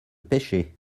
pêchais